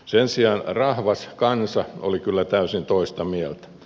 sen sijaan rahvas kansa oli kyllä täysin toista mieltä